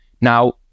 now